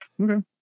Okay